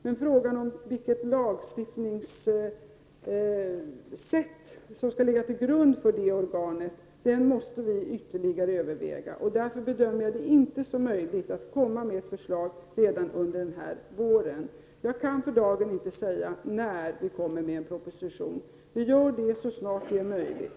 Men frågan om vilket lagstiftningssätt som skall ligga till grund för det organet måste vi ytterligare överväga. Därför bedömer jag det inte som möjligt att komma med ett förslag redan under våren. Jag kan för dagen inte säga när vi kommer med en proposition. Vi gör det så snart det är möjligt.